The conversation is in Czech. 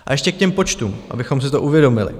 A ještě k těm počtům, abychom si to uvědomili.